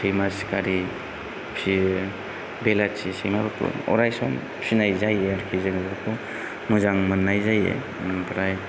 सैमा सिखारि फियो बेलाथि सैमाफोरखौ अराय सम फिनाय जायो आरोखि जों बेफोरखौ मोजां मोननाय जायो आमफ्राय